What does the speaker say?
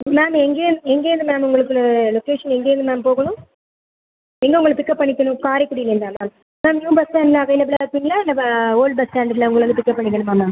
ma'am எங்கே எங்கேருந்து ma'am உங்களுக்கு லொக்கேஷன் எங்கேருந்து மேம் போகணும் எங்கே உங்களை பிக்கப் பண்ணிக்கணும் கரைக்குடிலேருந்தா மேம் மேம் நியூ பஸ் ஸ்டாண்ட்டில் அவைலபிளாக இருப்பிங்களா இல்லை ஓல்ட் பஸ் ஸ்டாண்ட்டில் உங்களை வந்து பிக்கப் பண்ணிக்கணுமா மேம்